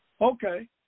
okay